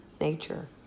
nature